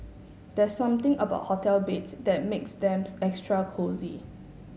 there's something about hotel beds that makes them extra cosy